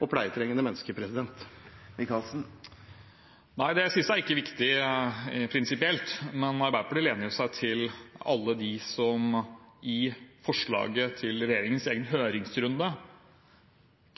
og pleietrengende mennesker? Nei, det siste er ikke viktig rent prinsipielt. Arbeiderpartiet lener seg på alle dem som i regjeringens egen høringsrunde om forslaget